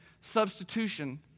substitution